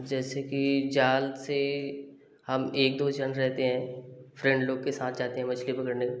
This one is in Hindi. जैसे कि जाल से हम एक दो जन रहते हैं फ्रेंड लोग के साथ जाते हैं मछली पकड़ने